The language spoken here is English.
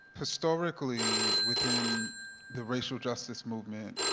historically within the racial justice movement,